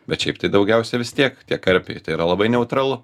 bet šiaip tai daugiausiai vis tiek tie karpiai tai yra labai neutralu